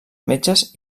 metges